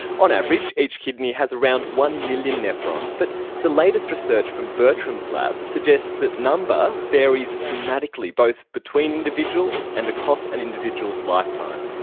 on average each kidney has around one million nephrons, but the latest research from bertram's lab suggests that that number varies dramatically both between individuals, and across an individual's lifetime.